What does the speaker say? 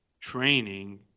training